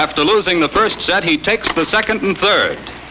after losing the first set he takes the second and third